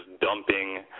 dumping